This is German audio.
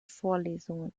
vorlesungen